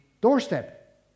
doorstep